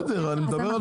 בסדר, אני מדבר על זה.